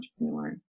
entrepreneur